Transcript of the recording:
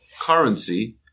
currency